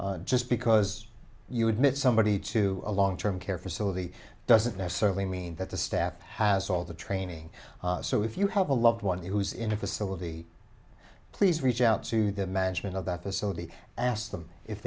well just because you admit somebody to a long term care facility doesn't necessarily mean that the staff has all the training so if you have a loved one who's in a facility please reach out to the management of that facility ask them if